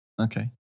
Okay